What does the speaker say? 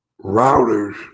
routers